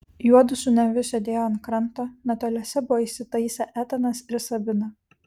juodu su neviu sėdėjo ant kranto netoliese buvo įsitaisę etanas ir sabina